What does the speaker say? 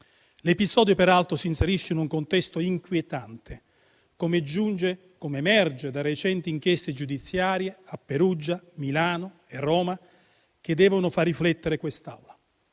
L'episodio peraltro si inserisce in un contesto inquietante, come emerge da recenti inchieste giudiziarie a Perugia, Milano e Roma, che devono far riflettere quest'Assemblea.